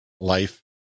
life